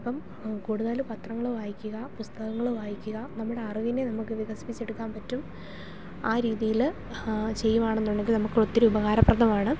അപ്പം കൂടുതൽ പത്രങ്ങൾ വായിക്കുക പുസ്തകങ്ങൾ വായിക്കുക നമ്മുടെ അറിവിനെ നമുക്ക് വികസിപ്പിച്ച് എടുക്കാൻ പറ്റും ആ രീതിയിൽ ചെയ്യുവാണെന്ന് ഉണ്ടെങ്കിൽ നമുക്ക് ഒത്തിരി ഉപകാരപ്രദമാണ്